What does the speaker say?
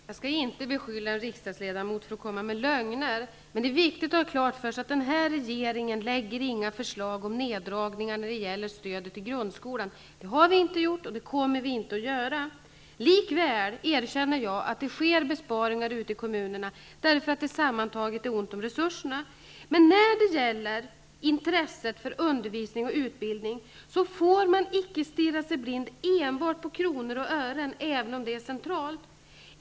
Fru talman! Jag skall inte beskylla en riksdagsledamot för att komma med lögner, men det är viktigt att göra klart för sig att den här regeringen inte lägger fram några förslag till neddragningar när det gäller stödet till grundskolan. Det har vi inte gjort, och det kommer vi inte att göra. Likväl erkänner jag att det görs besparingar ute i kommunerna, därför att det sammantaget är ont om resurser. Men när det gäller intresset för undervisning och utbildning får man icke stirra sig blind på enbart kronor och ören, även om det är centralt.